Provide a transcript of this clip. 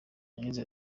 yagize